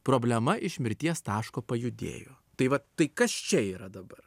problema iš mirties taško pajudėjo tai vat tai kas čia yra dabar